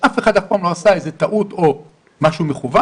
שאף אחד אף פעם לא עשה טעות או משהו מכוון,